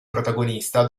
protagonista